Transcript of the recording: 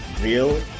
real